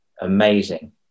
Amazing